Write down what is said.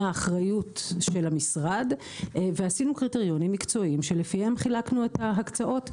האחריות של המשרד ועשינו קריטריונים מקצועיים שלפיהם חילקנו את ההקצאות.